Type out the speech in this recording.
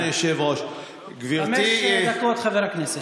חמש דקות, חבר הכנסת.